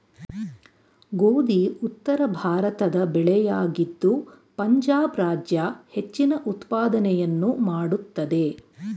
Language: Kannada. ಗೋಧಿ ಉತ್ತರಭಾರತದ ಬೆಳೆಯಾಗಿದ್ದು ಪಂಜಾಬ್ ರಾಜ್ಯ ಹೆಚ್ಚಿನ ಉತ್ಪಾದನೆಯನ್ನು ಮಾಡುತ್ತಿದೆ